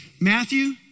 Matthew